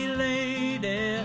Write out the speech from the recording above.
lady